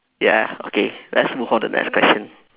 yeah okay let's move on to the next question